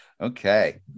Okay